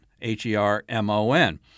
H-E-R-M-O-N